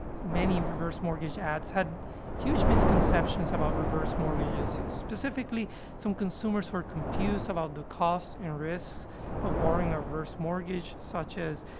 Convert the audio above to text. many reverse mortgage ads had huge misconceptions about reverse mortgages, specifically some consumers who are confused about the costs and risks of borrowing a reverse mortgage, such as,